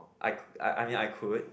I I mean I could